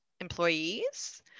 employees